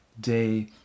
day